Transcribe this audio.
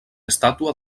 estàtua